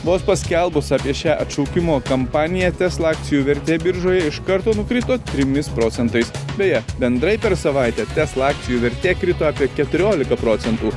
vos paskelbus apie šią atšaukimo kampaniją tesla akcijų vertė biržoje iš karto nukrito trimis procentais beje bendrai per savaitę tesla akcijų vertė krito apie keturiolika procentų